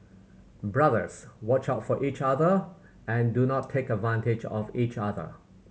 brothers watch out for each other and do not take advantage of each other